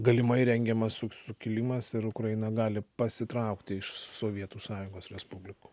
galimai rengiamas sukilimas ir ukraina gali pasitraukti iš sovietų sąjungos respublikų